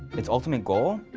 it's ultimate goal?